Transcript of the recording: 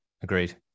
Agreed